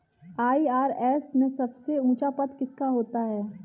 IRS में सबसे ऊंचा पद किसका होता है?